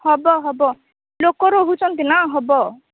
ହବ ହବ ଲୋକ ରହୁଛନ୍ତି ନା ହବ